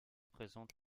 présente